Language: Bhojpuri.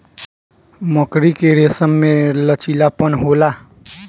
मकड़ी के रेसम में लचीलापन होला